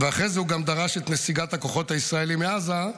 ואחרי זה הוא גם דרש את נסיגת הכוחות הישראליים מעזה,